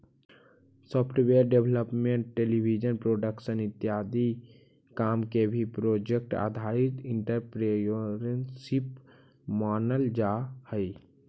software development television production इत्यादि काम के भी प्रोजेक्ट आधारित एंटरप्रेन्योरशिप मानल जा हई